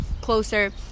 closer